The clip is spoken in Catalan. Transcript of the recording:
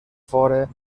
fora